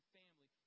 family